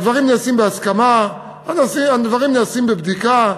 הדברים נעשים בהסכמה, הדברים נעשים בבדיקה.